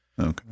Okay